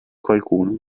qualcuno